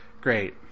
Great